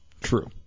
True